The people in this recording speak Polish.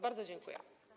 Bardzo dziękuję.